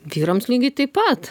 vyrams lygiai taip pat